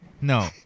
No